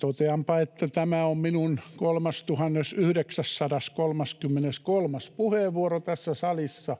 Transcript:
toteanpa, että tämä on minun 3 933. puheenvuoroni tässä salissa,